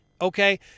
Okay